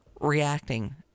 reacting